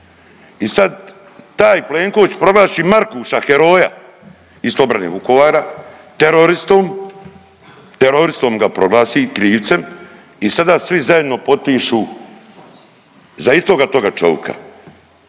i sad taj Plenković proglasi Markuša heroja isto obrane Vukovara, teroristu, teroristom ga proglasi krivcem i sada svi zajedno potpišu za istoga toga čovika,